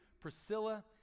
Priscilla